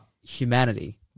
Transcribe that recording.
humanity